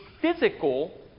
physical